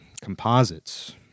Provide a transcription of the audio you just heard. Composites